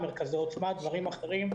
מרכזי עוצמה או דברים אחרים,